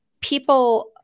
people